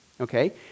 okay